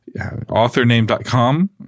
authorname.com